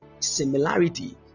similarity